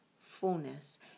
fullness